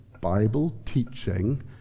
Bible-teaching